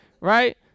Right